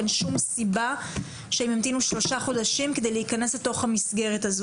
אין שום סיבה שהם ימתינו שלושה חודשים כדי להיכנס לתוך המסגרת הזאת.